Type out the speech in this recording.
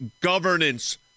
governance